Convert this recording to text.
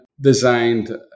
designed